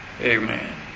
Amen